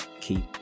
keep